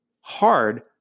hard